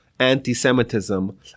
anti-semitism